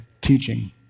teaching